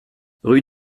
rue